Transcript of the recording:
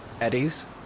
eddies